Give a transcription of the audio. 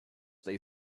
they